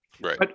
Right